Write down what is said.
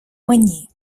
мені